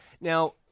Now